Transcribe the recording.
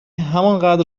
همانقدر